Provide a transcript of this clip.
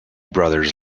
brothers